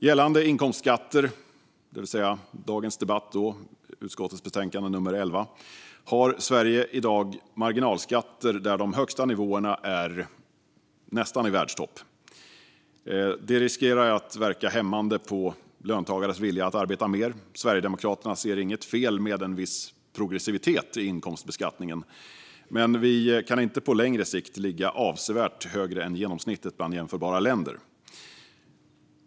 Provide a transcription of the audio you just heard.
Gällande inkomstskatter, det vill säga dagens debatt om utskottets betänkande 11, har Sverige i dag marginalskatter där de högsta nivåerna nästan är i världstopp. Det riskerar att verka hämmande på löntagares vilja att arbeta mer. Sverigedemokraterna ser inget fel med en viss progressivitet i inkomstbeskattningen, men vi kan inte på längre sikt ligga avsevärt högre än genomsnittet bland jämförbara länder.